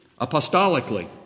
apostolically